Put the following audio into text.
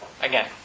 again